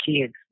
kids